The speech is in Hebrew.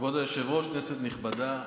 כבוד היושב-ראש, כנסת נכבדה,